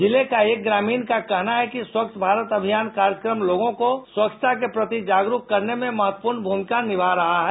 जिले का एक ग्रामीण का कहना है कि स्वच्छ भारत अभियान कार्यक्रम लोगों को स्वच्छता के प्रति जागरुक करने में महत्वपूर्ण भूमिका निभा रहा है